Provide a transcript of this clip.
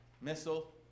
missile